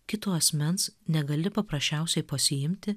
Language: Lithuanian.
kito asmens negali paprasčiausiai pasiimti